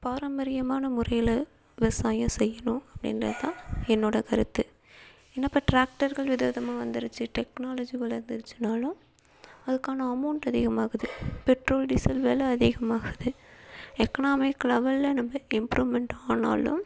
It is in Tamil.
பாரம்பரியமான முறையில் விவசாயம் செய்யணும் அப்படின்றது தான் என்னோடய கருத்து ஏன்னா இப்போ டிராக்டர்கள் வித விதமாக வந்துருச்சி டெக்னாலஜி வளர்ந்துருச்சினாலும் அதுக்கான அமௌண்ட் அதிகமாகுது பெட்ரோல் டீசல் வில அதிகமாகுது எக்கனாமிக் லெவலில் நம்ம இம்ப்ரூமெண்ட் ஆனாலும்